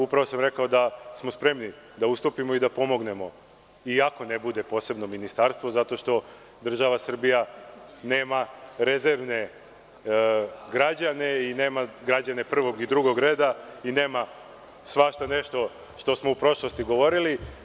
Upravo sam rekao da smo spremni da ustupimo i pomognemo i ako ne bude posebno ministarstvo zato što država Srbije nema rezervne građane i građane prvog i drugog reda i nema svašta nešto što smo u prošlosti govorili.